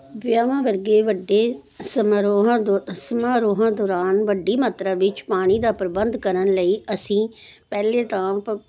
ਵਿਆਵਾਂ ਵਰਗੇ ਵੱਡੇ ਸਮਰੋਹਾ ਦੌ ਸਮਾਰੋਹਾਂ ਦੌਰਾਨ ਵੱਡੀ ਮਾਤਰਾ ਵਿੱਚ ਪਾਣੀ ਦਾ ਪ੍ਰਬੰਧ ਕਰਨ ਲਈ ਅਸੀਂ ਪਹਿਲੇ ਟਰਮ ਪ